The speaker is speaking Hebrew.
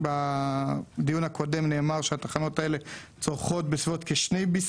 בדיון הקודם נאמר שהתחנות האלה צורכות בסביבות 1.5-2